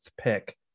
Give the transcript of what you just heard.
pick